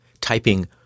Typing